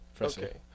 okay